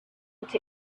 that